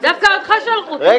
דווקא אותך שלחו, טיבי.